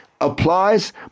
applies